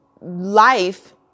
life